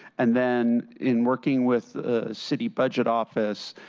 and then, in working with the city budget office,